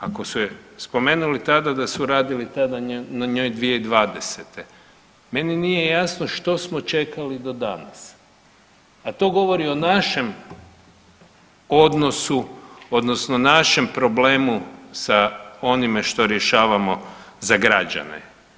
Ako su je spomenuli tada da su radili tada na njoj 2020. meni nije jasno što smo čekali do danas, a to govori o našem odnosu odnosno našem problemu sa onime što rješavamo za građane.